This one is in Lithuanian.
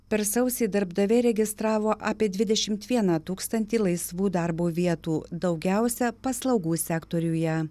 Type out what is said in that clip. per sausį darbdaviai registravo apie dvidešimt vieną tūkstantį laisvų darbo vietų daugiausia paslaugų sektoriuje